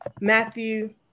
Matthew